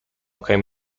came